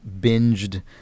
binged